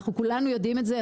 אנחנו כולנו יודעים את זה.